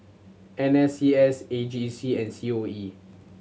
N S C S A G C and C O E